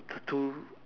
two